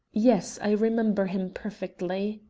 yes, i remember him perfectly.